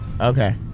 okay